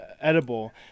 edible